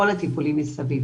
כל הטיפולים מסביב.